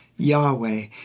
Yahweh